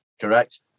Correct